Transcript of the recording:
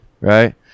right